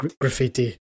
graffiti